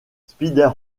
spider